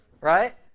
Right